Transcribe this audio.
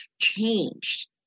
changed